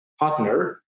partner